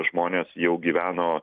žmonės jau gyveno